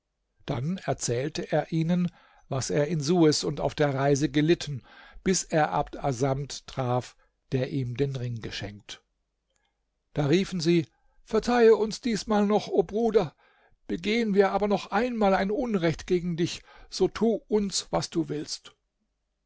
dann erzählte er ihnen was er in suez und auf der reise gelitten bis er abd assamd traf der ihm den ring geschenkt da riefen sie verzeihe uns diesmal noch o bruder begehen wir aber noch einmal ein unrecht gegen dich so tu uns was du willst